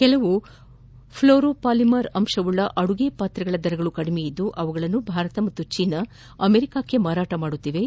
ಕೆಲವು ಫ್ಲೋರೊಪಾಲಿಮಾರ್ ಅಂಶವುಳ್ಳ ಅಡುಗೆ ಪಾತ್ರೆಗಳ ದರಗಳು ಕಡಿಮೆಯಿದ್ದು ಅವುಗಳನ್ನು ಭಾರತ ಮತ್ತು ಚೀನಾ ಅಮೆರಿಕಗೆ ಮಾರಾಟ ಮಾಡುತ್ತಿದ್ದು